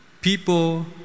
people